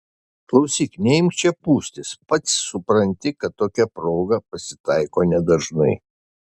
klausyk neimk čia pūstis pats supranti kad tokia proga pasitaiko nedažnai